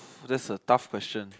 that's a tough question